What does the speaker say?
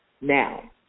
now